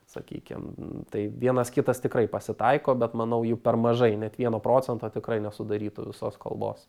sakykim tai vienas kitas tikrai pasitaiko bet manau jų per mažai net vieno procento tikrai nesudarytų visos kalbos